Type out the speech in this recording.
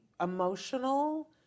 emotional